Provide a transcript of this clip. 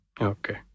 Okay